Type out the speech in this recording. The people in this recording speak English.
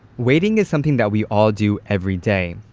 waiting is something that we all do every day.